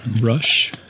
Rush